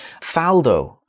Faldo